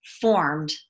formed